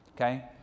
Okay